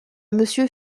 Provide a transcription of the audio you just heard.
monsieur